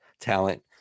talent